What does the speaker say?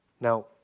Now